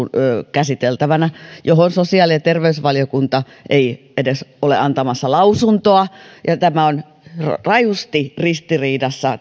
käsiteltävänä johon sosiaali ja terveysvaliokunta ei edes ole antamassa lausuntoa tämä julkisen talouden kehys on rajusti ristiriidassa